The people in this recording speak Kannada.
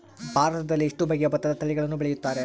ಭಾರತದಲ್ಲಿ ಎಷ್ಟು ಬಗೆಯ ಭತ್ತದ ತಳಿಗಳನ್ನು ಬೆಳೆಯುತ್ತಾರೆ?